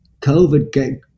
COVID